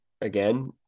Again